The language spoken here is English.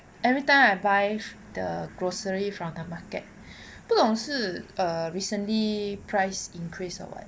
every time I buy the grocery from the market 不懂是 err recently price increase or what